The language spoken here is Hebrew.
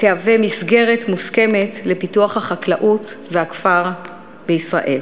תהווה מסגרת מוסכמת לפיתוח החקלאות והכפר בישראל.